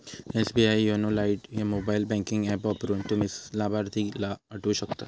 SBI YONO lite ह्या mobile banking app वापरून, तुम्ही लाभार्थीला हटवू शकतास